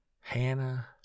Hannah